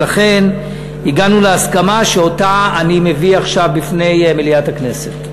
ולכן הגענו להסכמה שאותה אני מביא עכשיו בפני מליאת הכנסת.